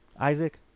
Isaac